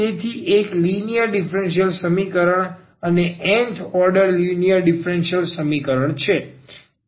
તેથી તે એક લિનિયર ડીફરન્સીયલ સમીકરણ અને nth ઓર્ડર લિનિયર ડીફરન્સીયલ સમીકરણ છે